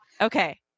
Okay